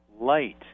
light